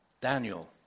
Daniel